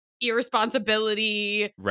irresponsibility